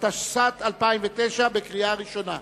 התשס"ט 2009. קריאה ראשונה.